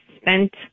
spent